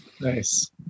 Nice